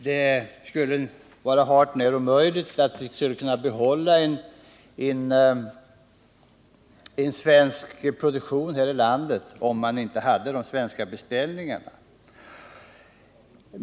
Det skulle vara hart när omöjligt att behålla en produktion här i landet om man inte hade de svenska beställningarna.